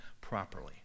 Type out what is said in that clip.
properly